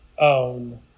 own